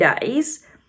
days